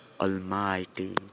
almighty